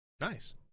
Nice